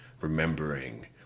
remembering